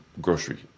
grocery